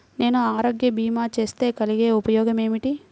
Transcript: నేను ఆరోగ్య భీమా చేస్తే కలిగే ఉపయోగమేమిటీ?